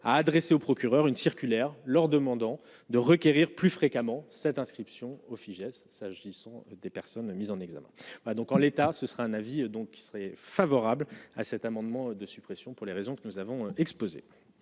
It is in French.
a adressé au procureur une circulaire leur demandant de requérir plus fréquemment cette inscription au Fijais s'agissant des personnes mises en examen, donc en l'état, ce sera un avis donc qui serait favorable à cet amendement de suppression pour les raisons que nous avons exposé.